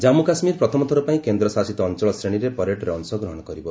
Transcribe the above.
ଜମ୍ମୁ କାଶ୍ମୀର ପ୍ରଥମ ଥରପାଇଁ କେନ୍ଦ୍ରଶାସିତ ଅଞ୍ଚଳ ଶ୍ରେଣୀରେ ପ୍ୟାରେଡ୍ରେ ଅଂଶଗ୍ରହଣ କରିବ